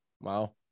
Wow